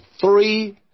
three